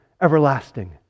everlasting